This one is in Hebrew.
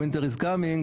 winter is coming,